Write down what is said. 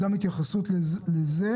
התייחסות לזה.